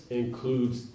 includes